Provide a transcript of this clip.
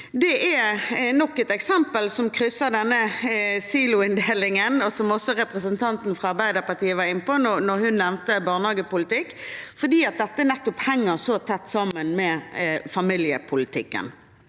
Det er nok et eksempel som krysser denne siloinndelingen, og som også representanten fra Arbeiderpartiet var inne på når hun nevnte barnehagepolitikk, for dette henger så tett sammen med familiepolitikken.